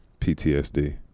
PTSD